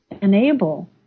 enable